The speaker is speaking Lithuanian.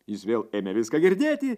jis vėl ėmė viską girdėti